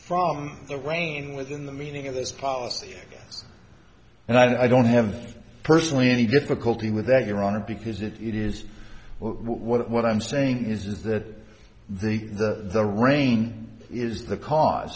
from the rain within the meaning of this policy and i don't have personally any difficulty with that your honor because it is what i'm saying is that the the rain is the cause